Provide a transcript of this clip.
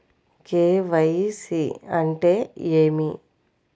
KYC అంటే ఏమి?